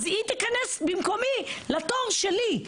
אז היא תיכנס במקומי לתור שלי.